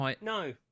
No